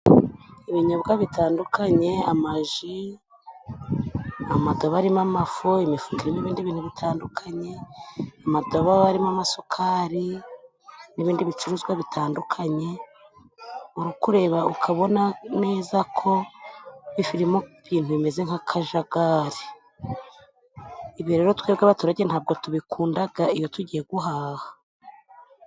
Ibinyobwa bitandukanye amaji, indobo zirimo ifu, imifuka irimo ibindi bintu bitandukanye, indobo zirimo isukari, n'ibindi bicuruzwa bitandukanye. Uri kureba ukabona neza ko ifu iri mu bintu bimeze nk'akajagari. Ibi rero twebwe abaturage ntabwo tubikunda, iyo tugiye guhaha.